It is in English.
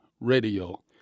radio